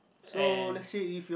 and